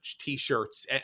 T-shirts